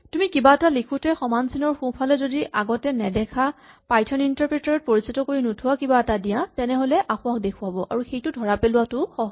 তুমি কিবা এটা লিখোতে সমান চিনৰ সোঁফালে যদি আগতে নেদেখা পাইথন ইন্টাৰপ্ৰেটাৰ ক পৰিচিত কৰি নোথোৱা কিবা এটা দিয়া তেনেহ'লে আসোঁৱাহ দেখুৱাব আৰু সেইটো ধৰা পেলোৱাটোও সহজ